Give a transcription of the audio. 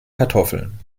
kartoffeln